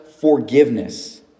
forgiveness